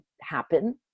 happen